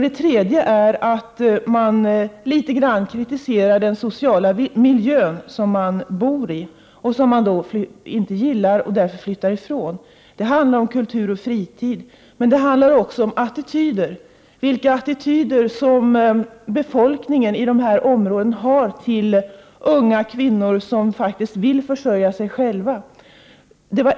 Det tredje är att man litet kritiserar den sociala miljö som man bor i och inte gillar och därför vill flytta ifrån. Det handlar om kultur och fritid, men också om de attityder som befolkningen i dessa områden har till unga kvinnor som faktiskt vill försörja sig själva.